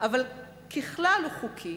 אבל ככלל הוא חוקי.